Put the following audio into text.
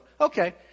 Okay